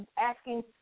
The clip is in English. asking